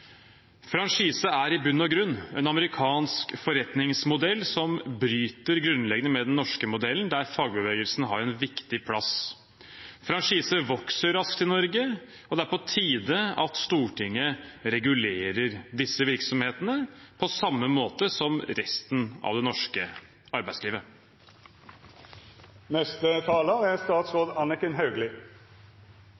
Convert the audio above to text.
er i bunn og grunn en amerikansk forretningsmodell som bryter grunnleggende med den norske modellen, der fagbevegelsen har en viktig plass. Franchisevirksomhetene vokser raskt i Norge, og det er på tide at Stortinget regulerer disse virksomhetene på samme måte som resten av det norske arbeidslivet.